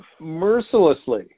mercilessly